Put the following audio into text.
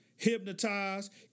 Hypnotized